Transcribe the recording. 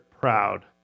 proud